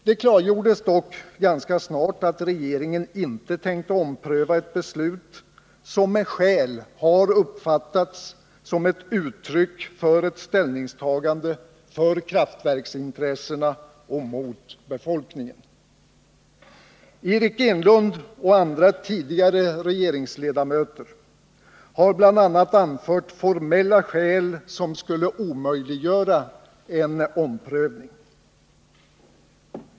Det klargjordes dock ganska snart att regeringen inte tänkte ompröva ett beslut som med skäl har uppfattats som ett uttryck för ett ställningstagande för kraftverksintressena och mot befolkningen. Eric Enlund och andra tidigare regeringsledamöter har bl.a. anfört formella skäl som skulle omöjliggöra en omprövning.